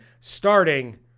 starting